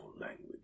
language